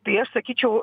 tai aš sakyčiau